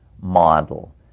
model